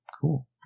Cool